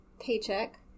paycheck